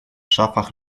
szafach